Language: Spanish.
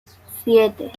siete